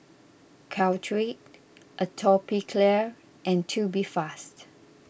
Caltrate Atopiclair and Tubifast